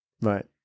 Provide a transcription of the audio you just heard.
Right